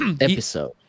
episode